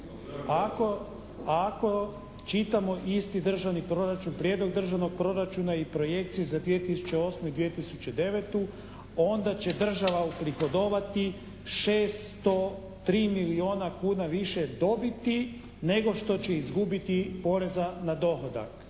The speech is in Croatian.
Ako čitamo isti državni proračun, prijedlog državnog proračuna i projekcije za 2008. i 2009. onda će država uprihodovati 603 milijuna kuna više dobiti nego što će izgubiti poreza na dohodak